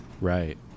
right